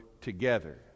together